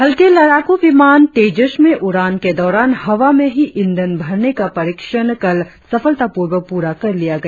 हल्के लड़ाकू विमान तेजस में उड़ान के दौरान हवा में ही ईंधन भरने का परीक्षण कल सफलतापूर्वक प्ररा कर लिया गया